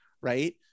right